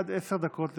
עד עשר דקות לרשותך.